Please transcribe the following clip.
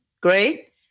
great